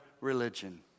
religion